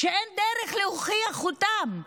שאין דרך להוכיח אותם.